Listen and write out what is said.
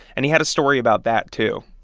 and he had a story about that, too.